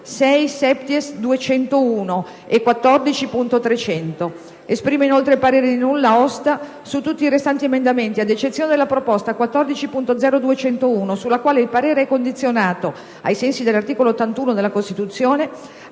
6-*septies*.201 e 14.300. Esprime inoltre parere di nulla osta su tutti i restanti emendamenti ad eccezione della proposta 14.0.201, sulla quale il parere è condizionato, ai sensi dell'articolo 81 della Costituzione,